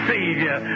Savior